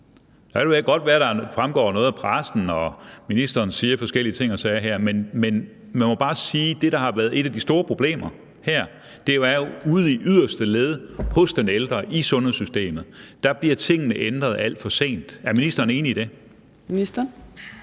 det godt være, at der fremgår noget af pressen, og at ministeren siger forskellige ting og sager her, men man må bare sige, at det, der har været et af de store problemer, jo er, at ude i yderste led hos den ældre i sundhedssystemet bliver tingene ændret alt for sent. Er ministeren enig i det? Kl.